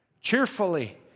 cheerfully